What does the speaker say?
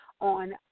on